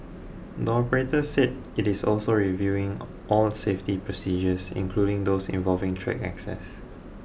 the operator said it is also reviewing all the safety procedures including those involving track access